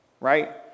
right